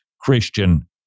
Christian